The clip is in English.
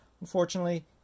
unfortunately